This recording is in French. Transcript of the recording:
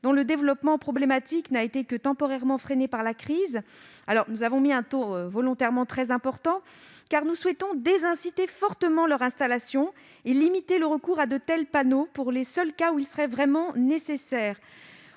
dont le développement problématique n'a été que temporairement freiné par la crise sanitaire. Ce taux de 25 % est volontairement important, car nous souhaitons désinciter fortement leur installation et limiter le recours à de tels panneaux pour les seuls cas où ils seraient vraiment nécessaires.